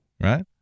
Right